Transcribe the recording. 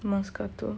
moscato